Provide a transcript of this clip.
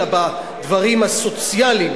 אלא בדברים הסוציאליים